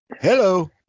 Hello